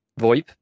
VoIP